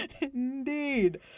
Indeed